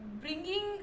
bringing